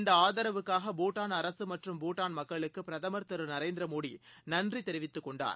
இந்தஆதரவுக்காக பூடான் அரசுமற்றம் பூடான் மக்களுக்குபிரதமர் திரு நரேந்திரமோடிநன்றிதெரிவித்துக்கொண்டார்